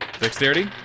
Dexterity